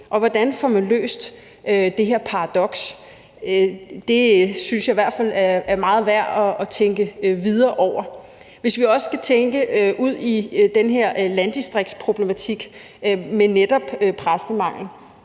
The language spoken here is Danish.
Hvordan får man løst det her paradoks? Det synes jeg i hvert fald er meget værd at tænke videre over. Hvis vi også skal tænke over den her landdistriktsproblematik med netop præstemangel,